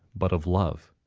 but of love.